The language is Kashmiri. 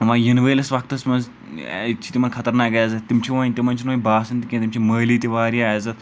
وۄنۍ یِنہٕ وٲلِس وَقتَس منٛز ییٚتہِ چھِ تِمَن خطرناک عزت تِم چھِ وۄنۍ تِمَن چھِنہٕ وۄنۍ باسان تِکیازِ تِم چھِ مٲلی تہِ واریاہ عزت